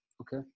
okay